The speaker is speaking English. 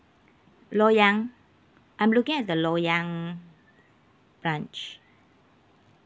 loyang I'm looking at the loyang branch